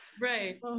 Right